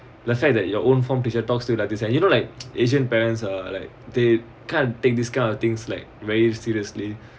let's say that your own form teacher talks to like this and you know like asian parents are like they can't take these kind of things like very seriously